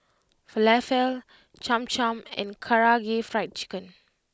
Falafel Cham Cham and Karaage Fried Chicken